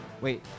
Wait